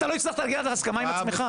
אתה לא הצלחת להגיע להסכמה עם עצמך.